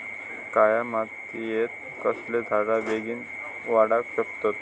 काळ्या मातयेत कसले झाडा बेगीन वाडाक शकतत?